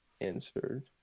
answered